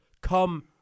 come